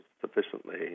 sufficiently